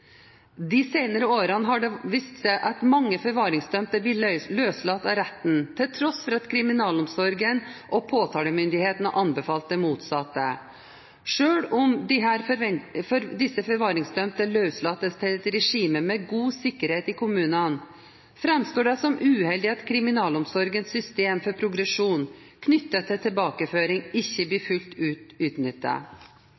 De senere årene har det vist seg at mange forvaringsdømte blir løslatt av retten til tross for at kriminalomsorgen og påtalemyndigheten har anbefalt det motsatte. Selv om disse forvaringsdømte løslates til et regime med god sikkerhet i kommunene, framstår det som uheldig at kriminalomsorgens system for progresjon knyttet til tilbakeføring ikke blir fullt ut